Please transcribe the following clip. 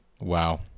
Wow